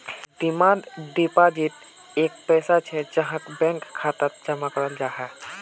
demand deposit एक पैसा छे जहाक बैंक खातात जमा कराल जाहा